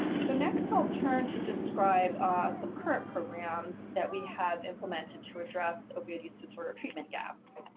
so next i'll turn to describe some current programs that we have implemented to address opiate use disorder treatment gaps,